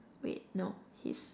wait no he's